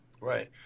Right